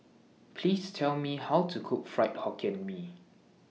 Please Tell Me How to Cook Fried Hokkien Mee